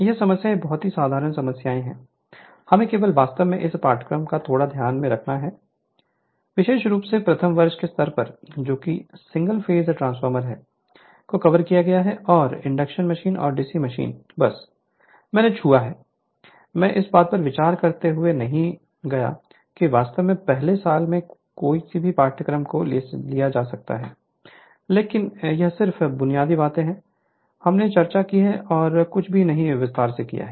Glossary English Hindi Meaning back back back field leaning field leaning field leaning proportional proportional proportional variable variable variable inversely proportional inversely proportional inversely proportional equation equation equation expression expression expression rectangular hyperbola rectangular hyperbola rectangular hyperbola diverter diverter diverter parallel parallel parallel excited current excited current excited current tap tap tap lap lap lap reverse reverse reverse clockwise clockwise clockwise polarity polarity polarity anticlockwise anticlockwise anticlockwise